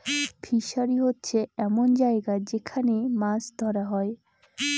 fishery হচ্ছে এমন জায়গা যেখান মাছ ধরা হয়